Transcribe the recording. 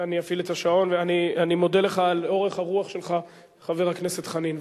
אני מודה לך על אורך הרוח שלך, חבר הכנסת חנין.